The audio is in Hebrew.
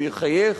הוא יחייך